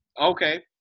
Okay